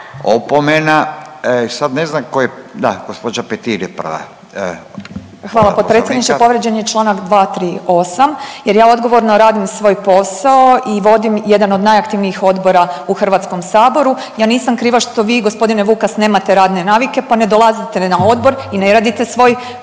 opomena. Sad ne znam ko je da gospođa Petir je prva. **Petir, Marijana (Nezavisni)** Hvala potpredsjedniče. Povrijeđen je čl. 238. jer ja odgovorno radim svoj posao i vodim jedan od najaktivnijih odbora u HS-u. Ja nisam kriva što vi g. Vukas nemate radne navike pa ne dolazite na odbor i ne radite svoj posao